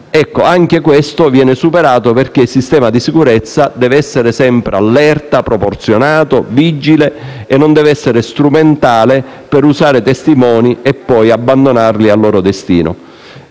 Anche questo viene superato perché il sistema di sicurezza deve essere sempre allerta, proporzionato, vigile e non deve essere strumentale per usare testimoni e poi abbandonarli al loro destino.